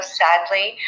sadly